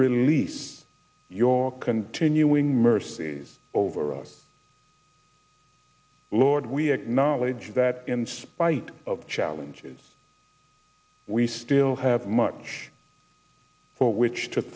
release your continuing mercies over us lord we acknowledge that in spite of challenges we still have much for which to